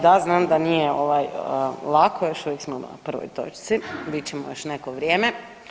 Da, znam da nije ovaj lako, još uvijek smo na prvoj točci, bit ćemo još neko vrijeme.